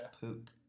poop